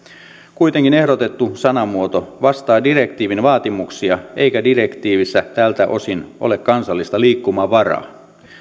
kuitenkin ehdotettu sanamuoto vastaa direktiivin vaatimuksia eikä direktiivissä tältä osin ole kansallista liikkumavaraa